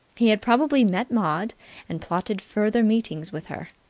he had probably met maud and plotted further meetings with her.